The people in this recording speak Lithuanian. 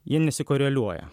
jie nesikoreliuoja